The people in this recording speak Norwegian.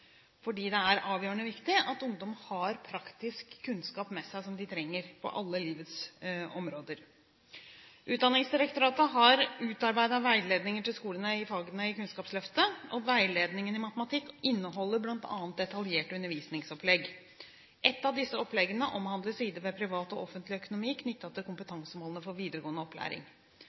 er avgjørende viktig at ungdom har med seg praktisk kunnskap som de trenger på alle livets områder. Utdanningsdirektoratet har utarbeidet veiledninger til skolene i fagene i Kunnskapsløftet, og veiledningen i matematikk inneholder bl.a. detaljerte undervisningsopplegg. Et av disse oppleggene omhandler sider ved privat og offentlig økonomi knyttet til kompetansemålene for videregående opplæring.